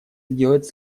сделать